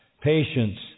patience